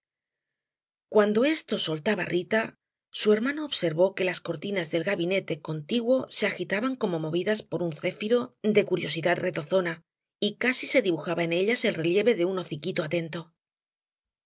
cuando esto soltaba rita su hermano observó que las cortinas del gabinete contiguo se agitaban como movidas por un céfiro de curiosidad retozona y casi se dibujaba en ellas el relieve de un hociquito atento